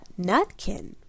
Nutkin